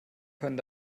können